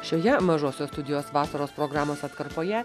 šioje mažosios studijos vasaros programos atkarpoje